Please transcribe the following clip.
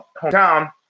hometown